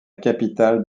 capitale